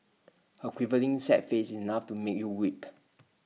her quivering sad face is enough to make you weep